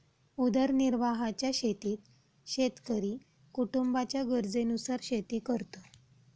उदरनिर्वाहाच्या शेतीत शेतकरी कुटुंबाच्या गरजेनुसार शेती करतो